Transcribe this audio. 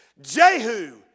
Jehu